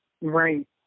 right